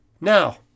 now